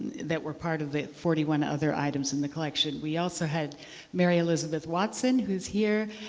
that were part of the forty one other items in the collection. we also had mary elizabeth watson who's here,